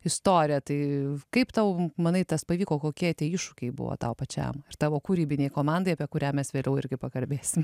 istoriją tai kaip tau manai tas pavyko kokie tie iššūkiai buvo tau pačiam ir tavo kūrybinei komandai apie kurią mes vėliau irgi pakalbėsim